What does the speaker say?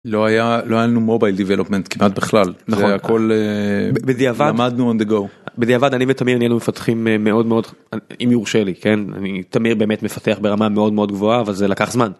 לא היה לנו מובייל דיבלופמנט כמעט בכלל. נכון. הכל ,בדיעבד, למדנו און דה גו. בדיעבד אני ותמיר נהינו מפתחים מאוד מאוד אם יורשה לי כן תמיר באמת מפתח ברמה מאוד מאוד גבוהה אבל זה לקח זמן.